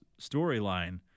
storyline